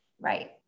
Right